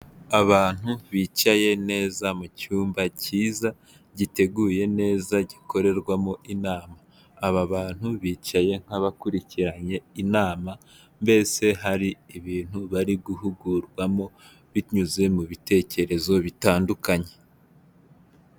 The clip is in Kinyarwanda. Abantu bicaye neza mu cyumba cyiza giteguye neza gikorerwamo inama. Aba bantu bicaye nk'abakurikiranye inama, mbese hari ibintu bari guhugurwamo binyuze mu bitekerezo bitandukanye.